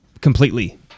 completely